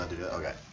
okay